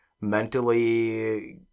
mentally